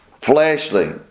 fleshly